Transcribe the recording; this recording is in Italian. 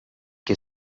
che